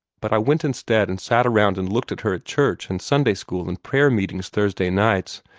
but i went instead and sat around and looked at her at church and sunday-school and prayer-meetings thursday nights,